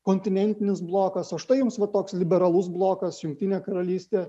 kontinentinis blokas o štai jums va toks liberalus blokas jungtinė karalystė